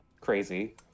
crazy